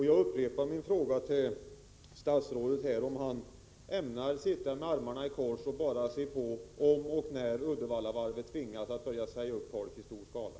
Jag upprepar min fråga till statsrådet, om han ämnar sitta med armarna i kors och bara se på om och när Uddevallavarvet tvingas börja säga upp folk i stor skala.